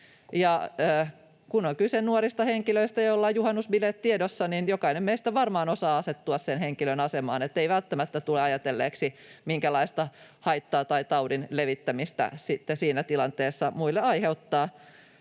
Kun on kyse nuorista henkilöistä, joilla on juhannusbileet tiedossa, niin varmaan jokainen meistä osaa asettua sen henkilön asemaan, joka ei välttämättä tule ajatelleeksi, minkälaista haittaa tai taudin leviämistä sitten